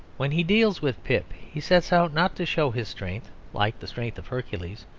when he deals with pip he sets out not to show his strength like the strength of hercules,